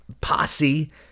posse